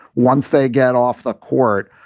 once they get off the court,